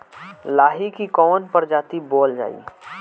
लाही की कवन प्रजाति बोअल जाई?